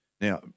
Now